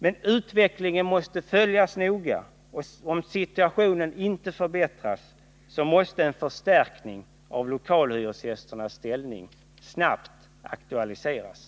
Men utvecklingen måste följas noga, och om situationen inte förbättras måste en förstärkning av lokalhyresgästernas ställning snabbt aktualiseras.